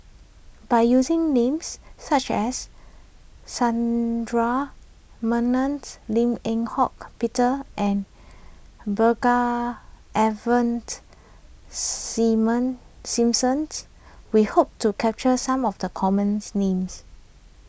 by using names such as Menon Lim Eng Hock Peter and Brigadier Ivan Simon Simson we hope to capture some of the commons names